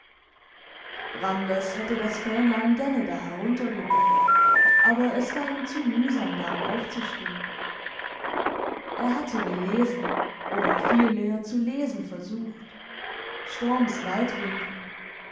randers hätte das fähnlein gerne da heruntergeholt aber es war ihm zu mühsam darum aufzustehen er hatte gelesen oder vielmehr zu lesen versucht storms waldwinkel